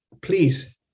please